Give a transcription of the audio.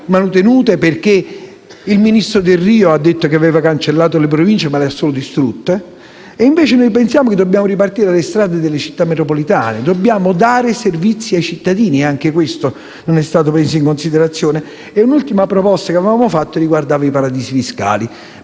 perché il ministro Delrio ha detto di aver cancellato le Province ma di fatto le ha solo distrutte: noi pensiamo che dobbiamo ripartire dalle strade delle Città metropolitane. Dobbiamo dare servizi ai cittadini. Anche questo non è stato preso in considerazione. L'ultima proposta che avevamo presentato riguardava i paradisi fiscali,